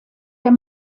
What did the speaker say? der